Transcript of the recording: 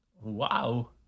Wow